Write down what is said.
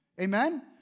Amen